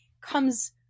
comes